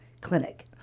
clinic